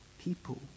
people